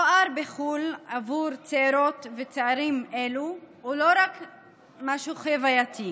תואר בחו"ל עבור צעירות וצעירים אלו הוא לא תמיד משהו חווייתי.